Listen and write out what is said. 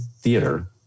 theater